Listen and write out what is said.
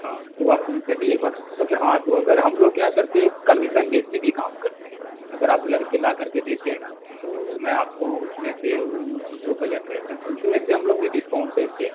हाँ तो आप उन से भी एक बार क्योंकि हाँ तो हम लोग क्या करते हैं कि कमीशन बेस पर भी काम करते हैं अगर आप लड़के ला कर के देते हैं ना तो मैं आपको उस में से वो जो बजट रहता है तो उस में से हम लोग भी डिस्काउंट देते हैं